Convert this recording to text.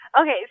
Okay